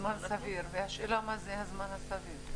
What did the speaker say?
הוספתם "זמן סביר" השאלה מה זה זמן סביר.